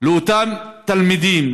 לאותם תלמידים,